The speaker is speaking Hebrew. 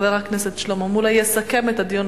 חבר הכנסת מולה יסכם את הדיון,